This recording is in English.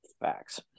Facts